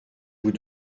vous